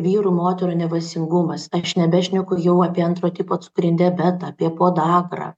vyrų moterų nevaisingumas aš nebešneku jau apie antro tipo cukrinį diabetą apie podagrą